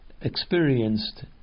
Experienced